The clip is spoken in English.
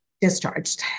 Discharged